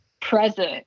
present